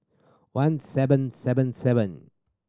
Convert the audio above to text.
one seven seven seven